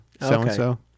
so-and-so